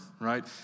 right